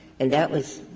and that was